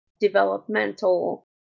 developmental